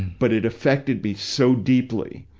but it affected me so deeply,